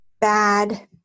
bad